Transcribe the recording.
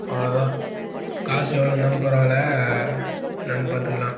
அவ்வளோ தான் காசு எவ்வளோ இருந்தாலும் பரவாயில்ல என்னன்னு பார்த்துக்குலாம்